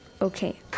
Okay